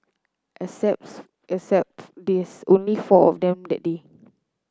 except there's only four of them that day